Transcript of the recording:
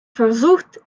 versucht